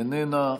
איננה.